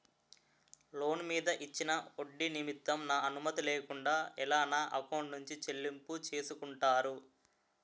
Loan మీద ఇచ్చిన ఒడ్డి నిమిత్తం నా అనుమతి లేకుండా ఎలా నా ఎకౌంట్ నుంచి చెల్లింపు చేసుకుంటారు?